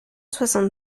soixante